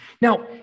Now